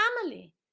family